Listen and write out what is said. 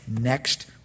next